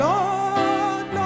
Lord